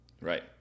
Right